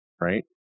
Right